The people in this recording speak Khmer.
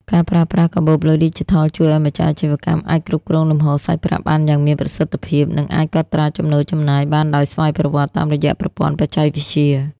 ការប្រើប្រាស់កាបូបលុយឌីជីថលជួយឱ្យម្ចាស់អាជីវកម្មអាចគ្រប់គ្រងលំហូរសាច់ប្រាក់បានយ៉ាងមានប្រសិទ្ធភាព និងអាចកត់ត្រាចំណូលចំណាយបានដោយស្វ័យប្រវត្តិតាមរយៈប្រព័ន្ធបច្ចេកវិទ្យា។